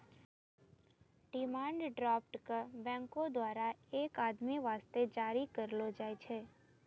demand draft क बैंको द्वारा एक आदमी वास्ते जारी करलो जाय छै